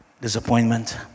disappointment